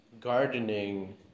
gardening